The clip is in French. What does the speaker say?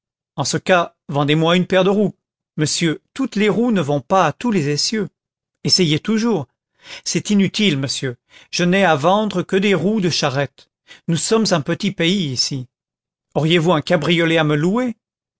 en ce cas vendez moi une paire de roues monsieur toutes les roues ne vont pas à tous les essieux essayez toujours c'est inutile monsieur je n'ai à vendre que des roues de charrette nous sommes un petit pays ici auriez-vous un cabriolet à me louer